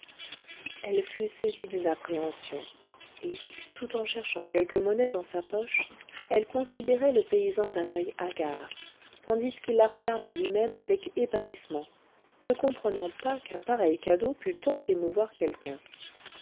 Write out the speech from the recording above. elle fut saisie d'une appréhension et tout en cherchant quelque monnaie dans sa poche elle considérait le paysan d'un oeil hagard tandis qu'il la regardait lui-même avec ébahissement ne comprenant pas qu'un pareil cadeau pût tant émouvoir quelqu'un